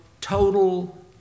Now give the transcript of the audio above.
total